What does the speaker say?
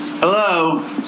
Hello